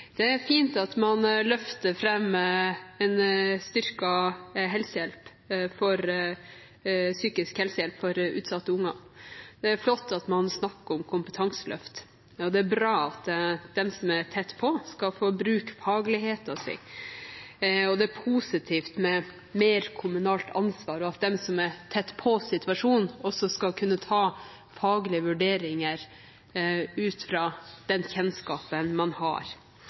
Det er fint at man løfter fram styrket psykisk helsehjelp for utsatte unger, det er flott at man snakker om kompetanseløft, det er bra at de som er tett på, skal få bruke fagligheten sin, det er positivt med mer kommunalt ansvar og at de som er tett på situasjonen, også skal kunne gjøre faglige vurderinger, ut fra den kjennskapen man har.